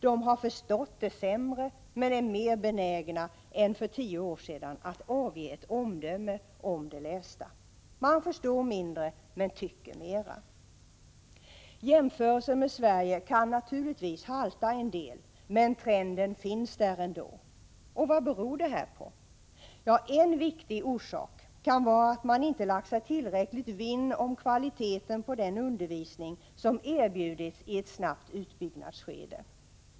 De har förstått det sämre, men är mer benägna än för tio år sedan att avge ett omdöme om det lästa. Man förstår mindre, men tycker mera! Jämförelser med Sverige kan naturligtvis halta en del, men trenden finns där. Vad beror då detta på? En viktig orsak kan vara att man inte lagt sig tillräckligt vinn om kvaliteten på den undervisning som erbjudits i ett snabbt utbyggnadsskede.